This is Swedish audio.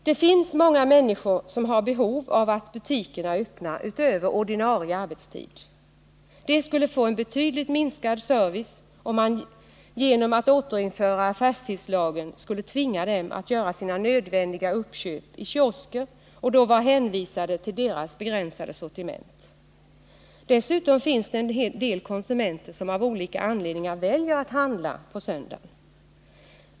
Det finns många människor som har behov av att butikerna är öppna utöver ordinarie arbetstid. De skulle få en betydligt minskad service om man genom att återinföra affärstidslagen skulle tvinga dem att göra sina nödvändiga uppköp i kiosker och då vara hänvisade till deras begränsade sortiment. Dessutom finns det en del konsumenter som av olika anledningar väljer att handla på söndagen.